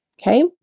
Okay